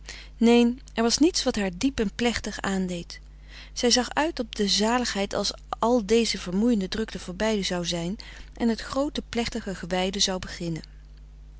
neen er was niets wat haar diep en plechtig aandeed zij zag uit op de zaligheid als al deze vermoeiende drukte voorbij zou zijn en het groote plechtige gewijde zou beginnen